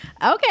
okay